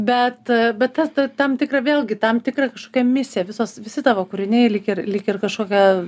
bet bet tai tam tikra vėlgi tam tikra kažkam misija visos visi tavo kūriniai lyg ir lyg ir kažkokia